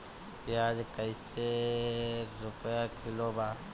प्याज कइसे रुपया किलो बा?